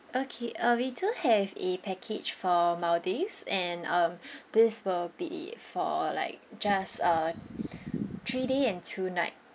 okay uh we do have a package for maldives and um this will be for like just a three day and two night